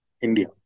India